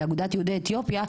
מאגודת יהודי אתיופיה,